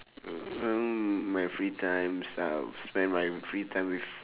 my free times I'll spend my free time with